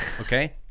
okay